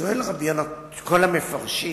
שואלים כל המפרשים,